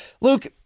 Luke